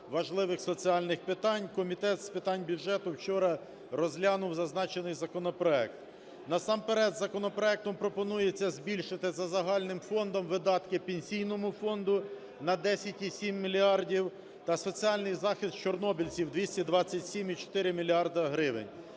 важливих соціальних питань Комітет з питань бюджету вчора розглянув зазначений законопроект. Насамперед, законопроектом пропонується збільшити за загальним фондом видатки Пенсійному фонду на 10,7 мільярдів та соціальний захист чорнобильців – 227,4 мільярди